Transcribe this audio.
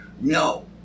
No